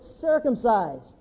circumcised